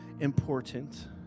important